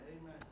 Amen